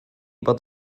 bod